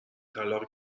طلاق